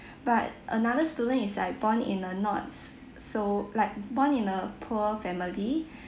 but another student is like born in a not so like born in a poor family